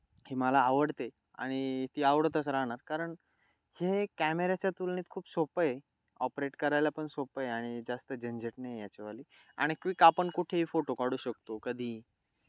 ही मला आवडते आणि ती आवडतच राहणार कारण हे कॅमेऱ्याच्या तुलनेत खूप सोपं आहे ऑपरेट करायला पण सोपं आहे आणि जास्त झंझट नाही याच्यावाली आणि क्विक आपण कुठेही फोटो काढू शकतो कधीही